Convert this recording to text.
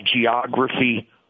geography